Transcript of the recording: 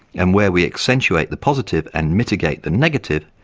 and where we accentuate the positive and mitigate the negative,